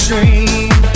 dream